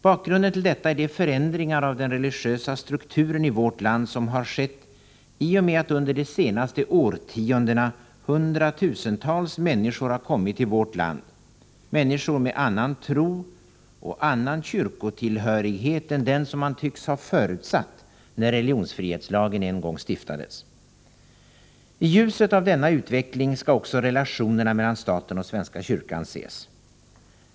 Bakgrunden till detta är de förändringar av den religiösa strukturen i vårt land som skett i och med att under de senaste årtiondena hundratusentals människor kommit till vårt land, människor med annan tro och kyrkotillhörighet än den som man tycks ha förutsatt när religionsfrihetslagen en gång stiftades. I ljuset av denna utveckling skall också relationerna mellan staten och svenska kyrkan ses.